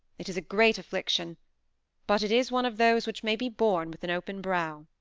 it is a great affliction but it is one of those which may be borne with an open brow.